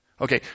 Okay